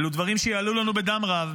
אלו דברים שיעלו לנו בדם רב.